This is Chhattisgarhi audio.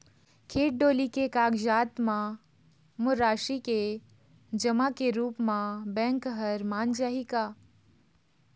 खेत डोली के कागजात म मोर राशि के जमा के रूप म बैंक हर मान जाही का?